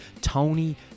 Tony